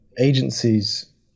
agencies